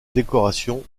décoration